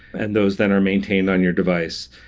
and those then are maintained on your device.